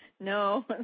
No